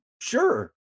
sure